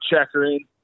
checkering